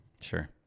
Sure